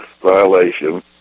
violation